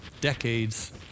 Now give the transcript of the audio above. decades